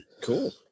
cool